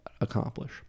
accomplish